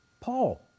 Paul